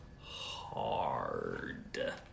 hard